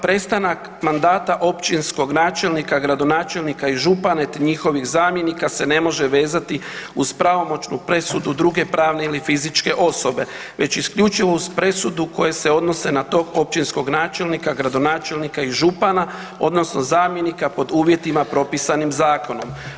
Prestanak mandata općinskog načelnika, gradonačelnika i župana te njihovih zamjenika se ne može vezati uz pravomoćnu presudu druge pravne ili fizičke osobe, već isključivo uz presudu koje se odnose na tog općinskog načelnika, gradonačelnika i župana odnosno zamjenika pod uvjetima propisanim zakonom.